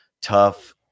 tough